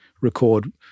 record